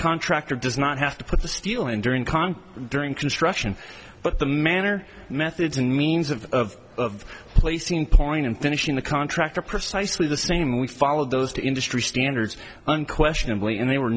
contractor does not have to put the steel in during conk during construction but the manner methods and means of of placing point in finishing the contract are precisely the same we followed those to industry standards unquestionably and they were